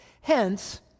Hence